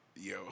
Yo